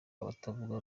abatavuga